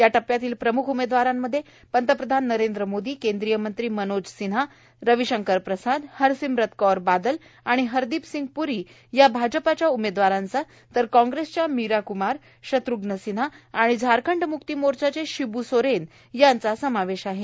या टप्प्यातील प्रमुख उमेदवारांमध्ये पंतप्रधान नरेंद्र मोदी केंद्रीय मंत्री मनोज सिन्हा रविशंकर प्रसाद हरसिम्रत कौर बादल आणि हरदिपसिंग पूरी या भाजपाच्या उमेदवारांचा तर कॉग्रेसच्या मीरा कुमार शत्रूच्न सिन्हा आणि झारखंड मुक्ती मोर्चाचे शीब् सोरेन यांचा समावेश आहे